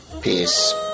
Peace